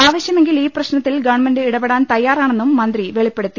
ആവശ്യമെങ്കിൽ ഈ പ്രശ്നത്തിൽ ഗവൺമെന്റ് ഇടപെടാൻ തയ്യാറാണെന്നും മന്ത്രി വെളിപ്പെടുത്തി